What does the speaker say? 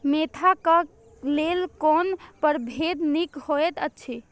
Mentha क लेल कोन परभेद निक होयत अछि?